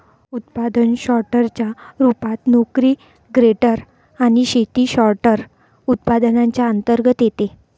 उत्पादन सोर्टर च्या रूपात, नोकरी ग्रेडर आणि शेती सॉर्टर, उत्पादनांच्या अंतर्गत येते